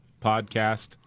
podcast